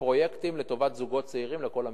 לפרויקטים לטובת זוגות צעירים בכל המגזרים.